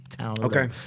Okay